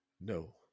no